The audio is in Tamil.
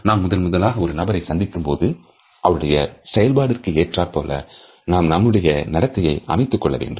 நாம் முதல்முதலாக ஒரு நபரை சந்திக்கும்போது அவருடைய செயல்பாட்டுக்கு ஏற்றாற்போல நாம் நம்முடைய நடத்தையை அமைத்துக்கொள்ள வேண்டும்